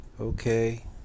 Okay